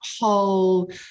whole